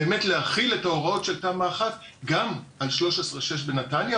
באמת להחיל את ההוראות של תמ"א1 גם על 6/13 בנתניה,